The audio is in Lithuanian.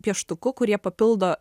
pieštuku kurie papildo